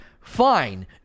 fine